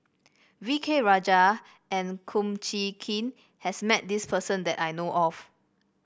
V K Rajah and Kum Chee Kin has met this person that I know of